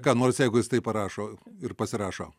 ką nors jeigu jis tai parašo ir pasirašo